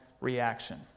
reaction